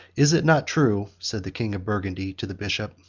is it not true, said the king of burgundy to the bishop,